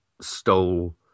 stole